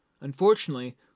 Unfortunately